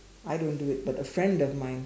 I don't do it but a friend of mine